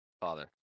Father